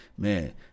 Man